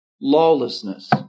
lawlessness